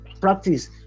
practice